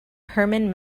herman